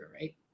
right